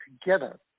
together